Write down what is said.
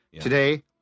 Today